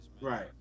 Right